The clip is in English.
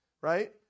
right